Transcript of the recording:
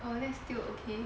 oh that's still okay